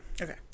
Okay